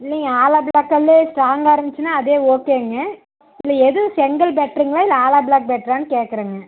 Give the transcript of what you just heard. இல்லைங்க hollow block கல் ஸ்ட்ராங்கா இருந்துச்சுன்னா அதே ஓக்கேங்க இல்லை எது செங்கல் பெட்டருங்களா இல்லை அலோ பிளாக் பெட்டரானு கேக்கிறேங்க